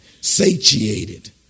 satiated